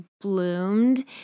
bloomed